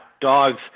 Dogs